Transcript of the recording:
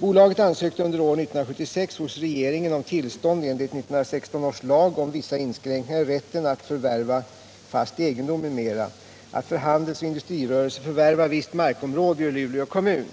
Bolaget ansökte under år 1976 hos regeringen om tillstånd, enligt 1916 års lag om vissa inskränkningar i rätten att förvärva fast egendom m.m., att för handelsoch industrirörelse förvärva visst markområde i Luleå kommun.